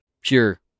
pure